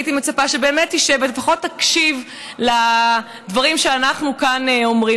הייתי מצפה שתשב ולפחות תקשיב לדברים שאנחנו אומרים כאן.